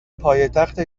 پایتخت